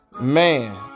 Man